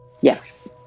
yes